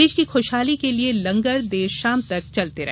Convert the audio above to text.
देश की खुशहाली के लिये लंगर देर शाम तक चलते रहे